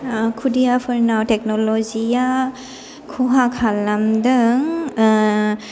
खुदिया फोरनाव टेकनलजी आ खहा खालामदों